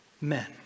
men